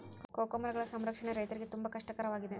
cocoa ಮರಗಳ ಸಂರಕ್ಷಣೆ ರೈತರಿಗೆ ತುಂಬಾ ಕಷ್ಟ ಕರವಾಗಿದೆ